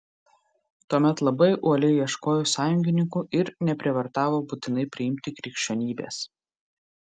tuomet labai uoliai ieškojo sąjungininkų ir neprievartavo būtinai priimti krikščionybės